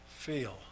Feel